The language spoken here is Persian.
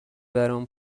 برام